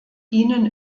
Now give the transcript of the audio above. ihnen